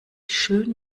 schön